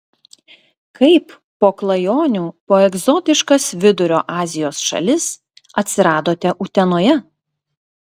kaip po klajonių po egzotiškas vidurio azijos šalis atsiradote utenoje